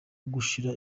gushira